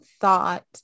thought